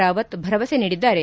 ರಾವತ್ ಭರವಸೆ ನೀಡಿದ್ದಾರೆ